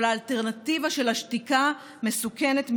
אבל האלטרנטיבה של השתיקה מסוכנת מדי.